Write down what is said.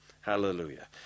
Hallelujah